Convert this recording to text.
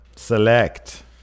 Select